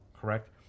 correct